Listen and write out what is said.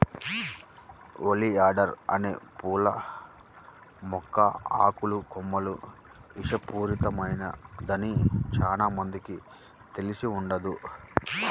oleander అనే పూల మొక్క ఆకులు, కొమ్మలు విషపూరితమైనదని చానా మందికి తెలిసి ఉండదు